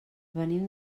venim